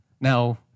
Now